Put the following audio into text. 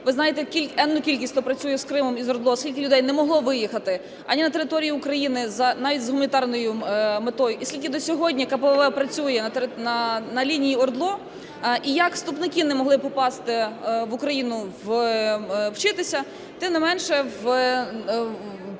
Ви знаєте енну кількість, хто працює з Кримом і з ОРДЛО, скільки людей не могло виїхати ані на територію України, навіть з гуманітарною метою, і скільки до сьогодні КПВВ працює на лінії ОРДЛО, і як вступники не могли попасти в Україну вчитися. Тим не менше,